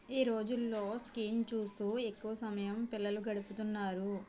ఈ రోజుల్లో స్కీన్ చూస్తూ ఎక్కువ సమయం పిల్లలు గడుపుతున్నారు